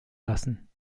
lassen